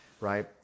right